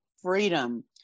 freedom